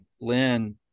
Lynn